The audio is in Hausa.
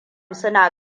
suna